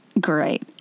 Great